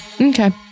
Okay